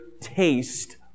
taste